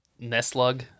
Nestlug